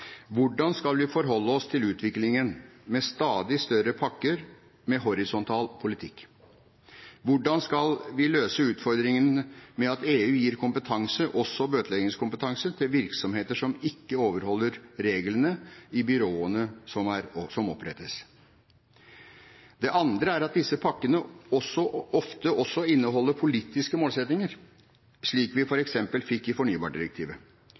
Hvordan skal vi forholde oss til utviklingen med stadig større pakker med horisontal politikk? Hvordan skal vi løse utfordringen med at EU gir kompetanse, også bøteleggingskompetanse, til virksomheter som ikke overholder reglene i byråene som opprettes? Det andre er at disse pakkene ofte også inneholder politiske målsettinger, slik vi f.eks. fikk i fornybardirektivet.